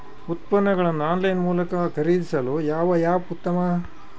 ಉತ್ಪನ್ನಗಳನ್ನು ಆನ್ಲೈನ್ ಮೂಲಕ ಖರೇದಿಸಲು ಯಾವ ಆ್ಯಪ್ ಉತ್ತಮ?